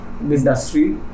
Industry